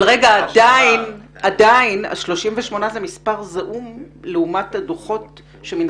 אבל עדיין 38 זה מספר זעום לעומת הדוחות שמן